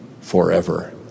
forever